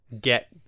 get